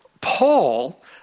Paul